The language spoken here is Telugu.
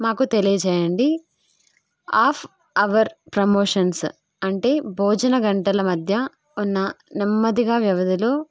మాకు తెలియజేయండి ఆఫ్ అవర్ ప్రమోషన్స్ అంటే భోజన గంటల మధ్య ఉన్న నెమ్మదిగా వ్యవధిలో